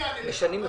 אני אענה לך.